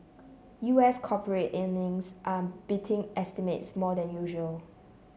U S corporate earnings are beating estimates more than usual